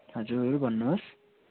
हजुर भन्नुहोस्